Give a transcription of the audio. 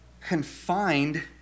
confined